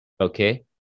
okay